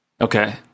Okay